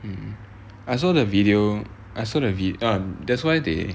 um I saw the video I saw the video err that's why they